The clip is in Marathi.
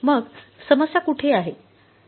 मग समस्या कुठे आहे